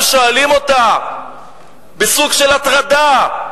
הם שואלים אותה בסוג של הטרדה,